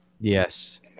Yes